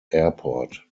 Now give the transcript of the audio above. airport